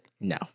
No